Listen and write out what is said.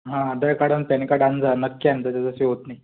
हो आधार कार्ड आणि PAN card आणजा नक्की आणजा त्याच्याशिवाय होत नाही